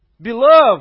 Beloved